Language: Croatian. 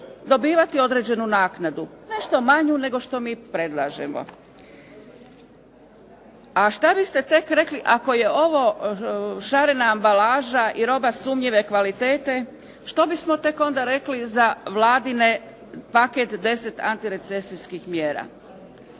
dobivati određenu naknadu, nešto manju nego što mi predlažemo. A šta biste tek rekli ako je ovo šarena ambalaža i roba sumnjive kvalitete, što bismo tek onda rekli za vladin paket 10 antirecesijskih mjera?